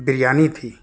بریانی تھی